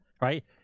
right